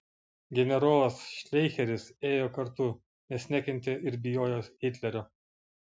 generolas šleicheris ėjo kartu nes nekentė ir bijojo hitlerio